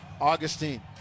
Augustine